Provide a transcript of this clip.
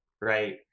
right